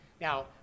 Now